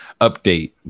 update